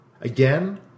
Again